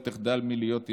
לא תחדל מלהיות אידיאל,